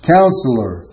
Counselor